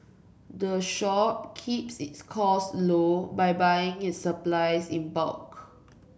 the shop keeps its cost low by buying its supplies in bulk